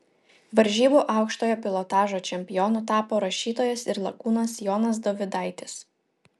varžybų aukštojo pilotažo čempionu tapo rašytojas ir lakūnas jonas dovydaitis